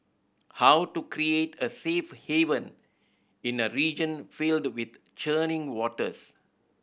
how to create a safe haven in a region filled with churning waters